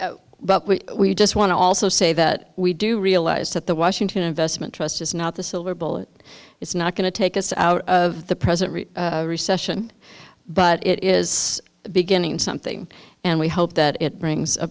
them but we just want to also say that we do realize that the washington investment trust is not the silver bullet it's not going to take us out of the present recession but it is a beginning something and we hope that it brings a